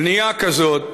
בנייה כזאת,